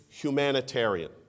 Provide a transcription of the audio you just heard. Humanitarian